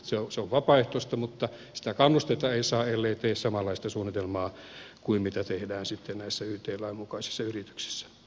se on vapaaehtoista mutta sitä kannustetta ei saa ellei tee samanlaista suunnitelmaa kuin mitä tehdään sitten näissä yt lain mukaisissa yrityksissä